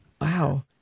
Wow